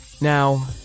Now